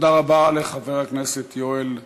תודה רבה לחבר הכנסת יואל רזבוזוב.